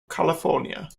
california